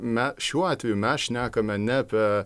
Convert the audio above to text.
me šiuo atveju mes šnekame ne apie